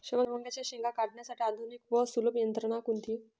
शेवग्याच्या शेंगा काढण्यासाठी आधुनिक व सुलभ यंत्रणा कोणती?